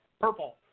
purple